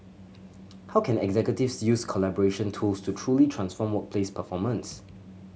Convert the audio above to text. how can executives use collaboration tools to truly transform workplace performance